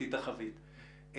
לתחתית החבית.